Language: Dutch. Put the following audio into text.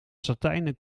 satijnen